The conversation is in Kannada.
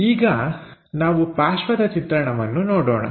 ಈಗ ನಾವು ಪಾರ್ಶ್ವದ ಚಿತ್ರಣವನ್ನು ನೋಡೋಣ